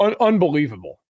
Unbelievable